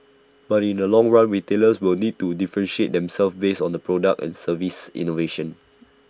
but in the long run retailers will need to differentiate themselves based on the product and service innovation